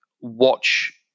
watch